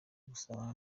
gusabana